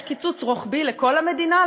יש קיצוץ רוחבי לכל המדינה,